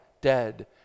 dead